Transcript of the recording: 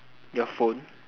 your phone